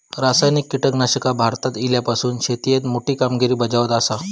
रासायनिक कीटकनाशका भारतात इल्यापासून शेतीएत मोठी कामगिरी बजावत आसा